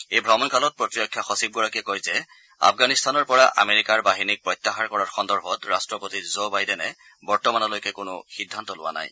এই ভ্ৰমণকালত প্ৰতিৰক্ষা সচিবগৰাকীয়ে কয় যে আফগানিস্তানৰ পৰা আমেৰিকাৰ বাহিনীক প্ৰত্যাহাৰ কৰাৰ সন্দৰ্ভত ৰাট্টপতি জ' বাইডেনে বৰ্তমানলৈকে কোনো সিদ্ধান্ত লোৱা নাই